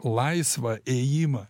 laisvą ėjimą